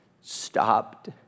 stopped